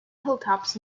hilltops